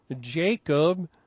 Jacob